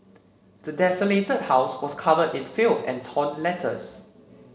the desolated house was covered in filth and torn letters